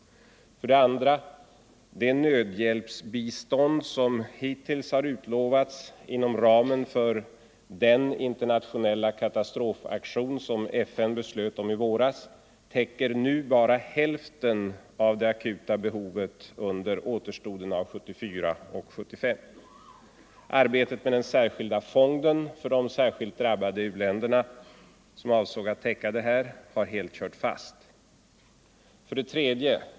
2. Det nödhjälpsbistånd som hittills har utlovats inom ramen för den internationella katastrofaktion som FN beslöt om i våras täcker nu bara hälften av det akuta behovet under återstoden av 1974 och 1975. Arbetet med den särskilda fonden för de hårdast drabbade u-länderna, som avsåg att täcka detta behov, har helt kört fast. 3.